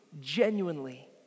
genuinely